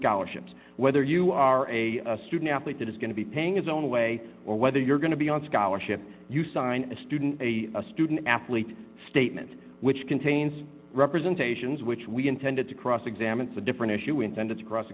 scholarships whether you are a student athlete that is going to be paying his own way or whether you're going to be on scholarship you sign a student a student athlete statement which contains representations which we intended to cross examine it's a different issue inten